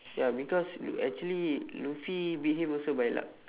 ya because l~ actually luffy beat him also by luck